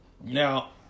Now